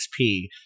XP